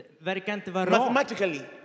Mathematically